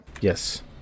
Yes